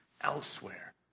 elsewhere